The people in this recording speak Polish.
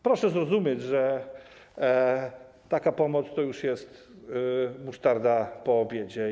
Proszę zrozumieć, że taka pomoc to już musztarda po obiedzie.